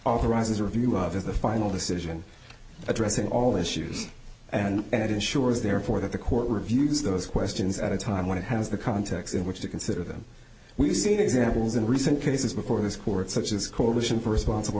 arises a review of the final decision addressing all the issues and it ensures therefore that the court reviews those questions at a time when it has the context in which to consider them we've seen examples in recent cases before this court such as coalition for respons